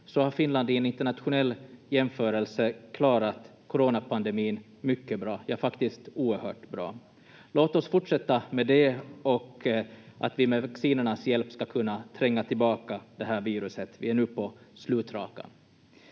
Finland i en internationell jämförelse klarat coronapandemin mycket bra, ja, faktiskt oerhört bra. Låt oss fortsätta med det så att vi med vaccinernas hjälp ska kunna tränga tillbaka det här viruset. Vi är nu på slutrakan.